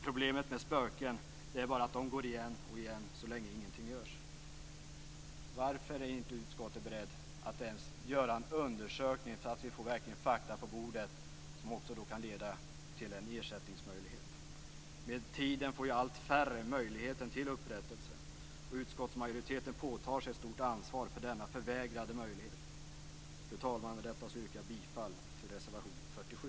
Problemet med spöken är att de bara går igen och igen så länge ingenting görs." Varför är inte utskottet beredd att ens göra en undersökning så att vi får fakta på bordet som kan leda till en ersättningsmöjlighet? Med tiden får allt färre möjlighet till upprättelse, och utskottsmajoriteten påtar sig ett stort ansvar för denna förvägrade möjlighet. Fru talman! Med det anförda yrkar jag bifall till reservation nr 47.